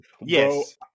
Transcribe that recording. Yes